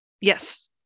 Yes